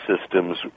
systems